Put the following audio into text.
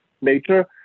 nature